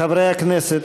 חברי הכנסת,